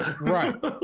right